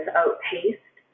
outpaced